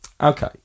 Okay